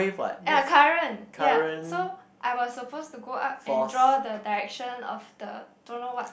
ah current ya so I was supposed to go up and draw the direction of the don't know what